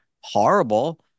horrible